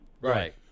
Right